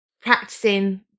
practicing